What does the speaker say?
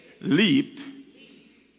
leaped